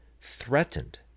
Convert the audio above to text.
threatened